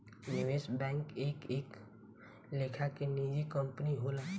निवेश बैंक एक एक लेखा के निजी कंपनी होला